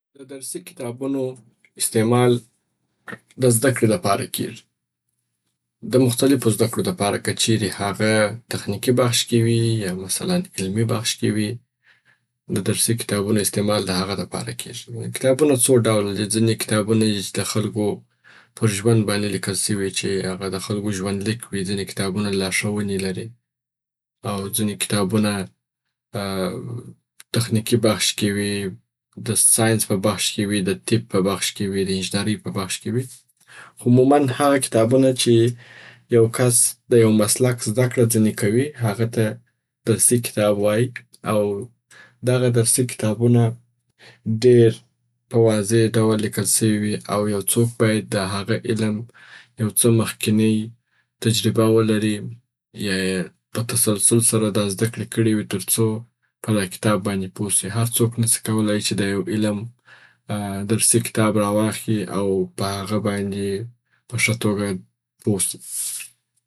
د درسي کتابونو استعمال د زده کړي لپاره کیږي. د مختلیفو زده کړو د پاره که چیري هغه تخنیکي بخش کي وي یا مثلاً علمي بخش کي وی د درسي کتابونو استعمال د هغه د پاره کیږي. کتابونه څو ډوله دي. ځيني کتابونه دي چې د خلکو پر ژوند باندي لیکول سوي چې هغه د خلکو ژوندلیک وي. ځیني کتابونه لارښونې لري او ځیني کتابونه تخنیکي بخش کي وي د ساینس په بخش کي وی د طب په بخش کي وي د انجینرۍ په بخش کي وي. خو عموماً هغه کتابونه چې یو کس د یو مسلک زده کړه ځیني کوي هغه ته درسي کتاب وايي او دغه درسي کتابونه ډېر په واضع ډول لیکل سوي وي. او یو څوک باید د هغه علم یو څه مخکینۍ تجربه ولري یا یې په تسلسل سره دا زده کړي کړي وي تر څو په دا کتاب باندي پوه سي. هر څوک نسي کولای چې د یو علم درسي کتاب را واخلي او په هغه باندي په ښه توګه پوهه سي.